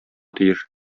тиеш